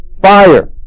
fire